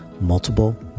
multiple